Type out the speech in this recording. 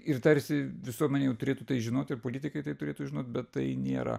ir tarsi visuomenė jau turėtų tai žinot ir politikai tai turėtų žinot bet tai nėra